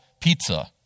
pizza